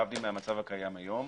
להבדיל מהמצב הקיים היום.